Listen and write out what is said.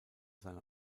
seine